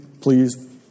please